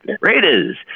Raiders